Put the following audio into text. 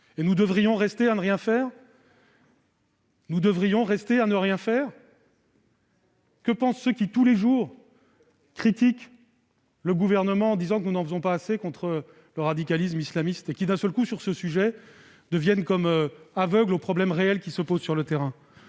couvert de l'instruction en famille. Devrions-nous ne rien faire ? Que pensent ceux qui tous les jours critiquent le Gouvernement en affirmant que nous n'en faisons pas assez contre le radicalisme islamiste et qui, sur ce sujet, deviennent comme aveugles aux problèmes réels qui se posent sur le terrain ?